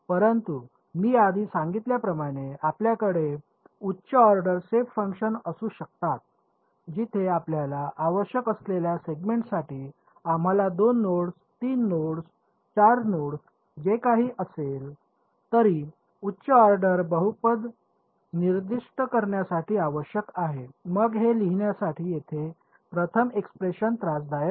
परंतु मी आधी सांगितल्याप्रमाणे आपल्याकडे उच्च ऑर्डर शेप फंक्शन्स असू शकतात जिथे आपल्याला आवश्यक असलेल्या सेगमेंटसाठी आम्हाला २ नोड्स 3 नोड्स 4 नोड्स जे काही असेल तरी उच्च ऑर्डर बहुपद निर्दिष्ट करण्यासाठी आवश्यक आहे मग हे लिहिण्यासाठी येथे प्रथम एक्सप्रेशन त्रासदायक होते